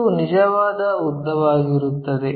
ಇದು ನಿಜವಾದ ಉದ್ದವಾಗಿರುತ್ತದೆ